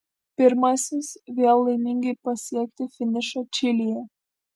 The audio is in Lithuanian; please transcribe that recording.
pirmasis vėl laimingai pasiekti finišą čilėje